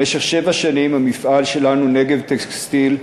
במשך שבע שנים המפעל שלנו, "נגב טקסטיל",